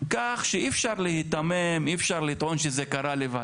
כך שאי אפשר להיתמם, אי אפשר לטעון שזה קרה לבד,